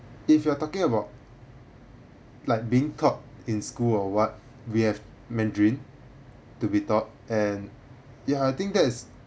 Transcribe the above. if you are talking about like being taught in school or what we have mandarin to be taught and ya I think that's